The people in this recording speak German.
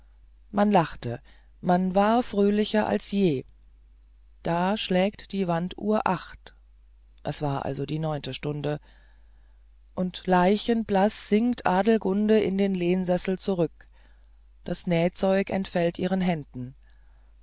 man lachte man war fröhlicher als je da schlägt die wanduhr achte es war also die neunte stunde und leichenblaß sinkt adelgunde in den lehnsessel zurück das nähzeug entfällt ihren händen